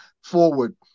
forward